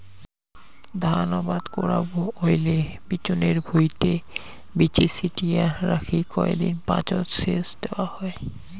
ধান আবাদ করা হইলে বিচনের ভুঁইটে বীচি ছিটিয়া রাখি কয় দিন পাচত সেচ দ্যাওয়া হয়